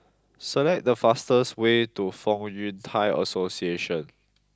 select the fastest way to Fong Yun Thai Association